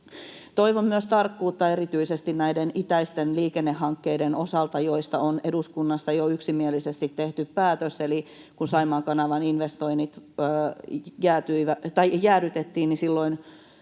Toivon myös tarkkuutta erityisesti näiden itäisten liikennehankkeiden osalta, joista on eduskunnassa jo yksimielisesti tehty päätös, eli kun Saimaan kanavan investoinnit peruttiin, niin silloin